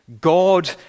God